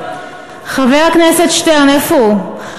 חבר הכנסת שטרן, איפה הוא?